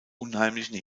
unheimlichen